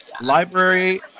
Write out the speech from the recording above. Library